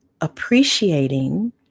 appreciating